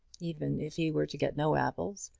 even if he were to get no apples.